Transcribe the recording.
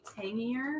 tangier